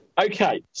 okay